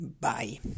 bye